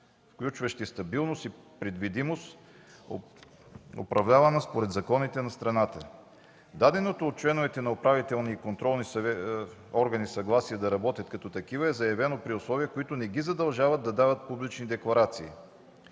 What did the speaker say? включващи стабилност и предвидимост, управлявана според законите на страната: - Даденото от членовете на управителните и контролни органи съгласие да работят като такива е заявено при условия, които не ги задължават да подават публични декларации.